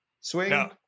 Swing